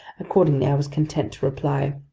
accordingly, i was content to reply